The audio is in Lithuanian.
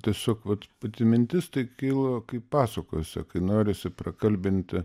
tiesiog vat pati mintis tai kilo kaip pasakose kai norisi prakalbinti